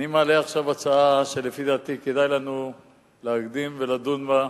אני מעלה עכשיו הצעה שלפי דעתי כדאי לנו להקדים ולדון בה,